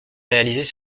réalisées